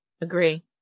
Agree